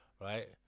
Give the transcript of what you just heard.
right